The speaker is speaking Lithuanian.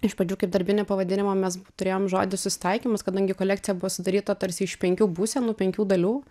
iš pradžių kaip darbinį pavadinimą mes turėjom žodį susitaikymas kadangi kolekcija buvo sudaryta tarsi iš penkių būsenų penkių dalių